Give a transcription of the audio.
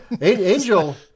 Angel